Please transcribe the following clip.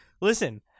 Listen